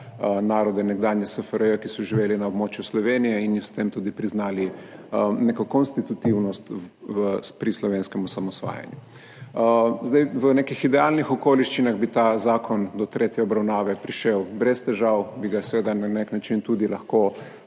narode nekdanje SFRJ, ki so živeli na območju Slovenije in s tem tudi priznali neko konstitutivnost pri slovenskem osamosvajanju. V nekih idealnih okoliščinah bi ta zakon do tretje obravnave prišel brez težav, seveda bi ga na nek način tudi lahko